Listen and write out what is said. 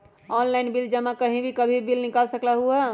Online bill जमा कहीं भी कभी भी बिल निकाल सकलहु ह?